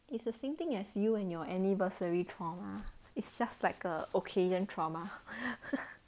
it's the same thing as you and your anniversary trauma it's just like a occasion trauma